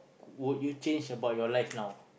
would you change about your life now